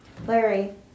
Larry